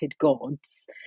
gods